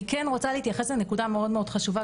אני רוצה להתייחס לנקודה מאוד מאוד חשובה,